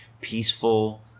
peaceful